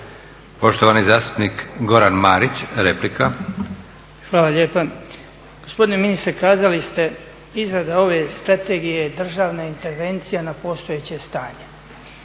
Poštovani zastupnik Goran Marić, replika. **Marić, Goran (HDZ)** Hvala lijepa. Gospodine ministre kazali ste izrada ove strategije je državna intervencija na postojeće stanje.